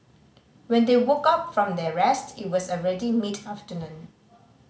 when they woke up from their rest it was already mid afternoon